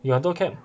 有很多 camp